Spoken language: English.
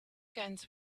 guns